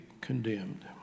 condemned